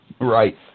Right